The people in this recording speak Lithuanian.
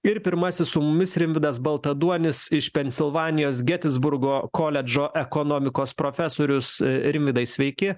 ir pirmasis su mumis rimvydas baltaduonis iš pensilvanijos getisburgo koledžo ekonomikos profesorius rimvydai sveiki